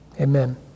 amen